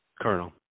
Colonel